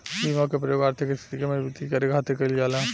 बीमा के प्रयोग आर्थिक स्थिति के मजबूती करे खातिर कईल जाला